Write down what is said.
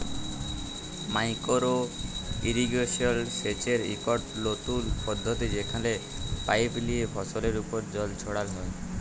micro irrigation সেচের ইকট লতুল পদ্ধতি যেখালে পাইপ লিয়ে ফসলের উপর জল ছড়াল হ্যয়